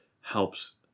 helps